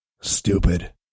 Stupid